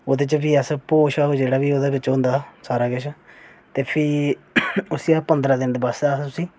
ओह्दे च गै भोऽ होंदा जेह्ड़ा बी किश ते फ्ही अस उसी पंदरां दिन आस्तै